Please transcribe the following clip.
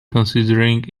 considering